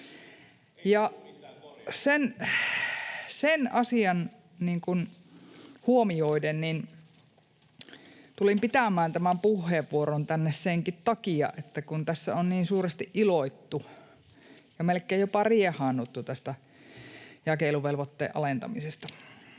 sen asian huomioiden tulin pitämään tämän puheenvuoron tänne senkin takia, kun tässä on niin suuresti iloittu ja melkein jopa riehaannuttu tästä jakeluvelvoitteen alentamisesta.